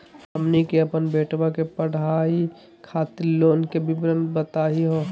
हमनी के अपन बेटवा के पढाई खातीर लोन के विवरण बताही हो?